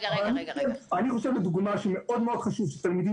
אני חושב לדוגמה שמאוד חשוב שתלמידים